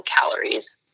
calories